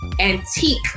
antique